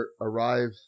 arrive